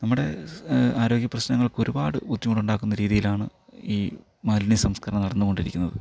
നമ്മുടെ ആരോഗ്യപ്രശ്നങ്ങൾക്ക് ഒരുപാട് ബുദ്ധിമുട്ടുണ്ടാക്കുന്ന രീതിയിലാണ് ഈ മാലിന്യ സംസ്കരണം നടന്നുകൊണ്ടിരിക്കുന്നത്